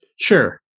sure